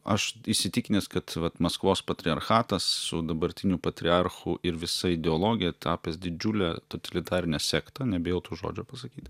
aš įsitikinęs kad vat maskvos patriarchatas su dabartiniu patriarchu ir visa ideologija tapęs didžiule totalitarine sekta nebijau to žodžio pasakyt